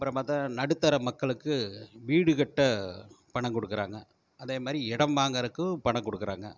அப்புறம் பார்த்தா நடுத்தர மக்களுக்கு வீடு கட்ட பணம் கொடுக்குறாங்க அதே மாதிரி இடம் வாங்குறதுக்கும் கடன் கொடுக்குறாங்க